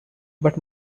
but